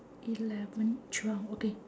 eleven twelve okay